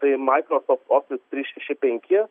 tai microsoft office trys šeši penki